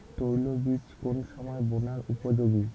তৈল বীজ কোন সময় বোনার উপযোগী?